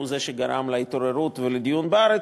הוא זה שגרם להתעוררות ולדיון בארץ.